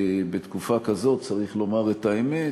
בתקופה כזאת, צריך לומר את האמת,